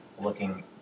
looking